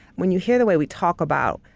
when you hear the way we talk about,